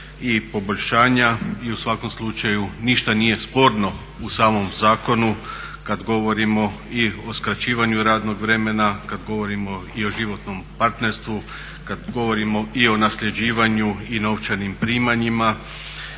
i poboljšanja i u svakom slučaju ništa nije sporno u samom zakonu kad govorimo i o skraćivanju radnog vremena, kad govorimo i o životnom partnerstvu, kad govorimo i o nasljeđivanju i novčanim primanjima.